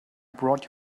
brought